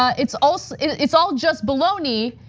it's all so it's all just baloney,